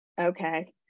okay